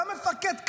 גם מפקד כב"ה.